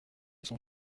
son